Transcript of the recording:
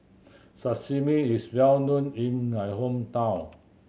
sashimi is well known in my hometown